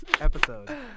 episode